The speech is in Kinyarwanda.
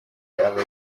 abari